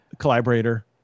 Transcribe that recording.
collaborator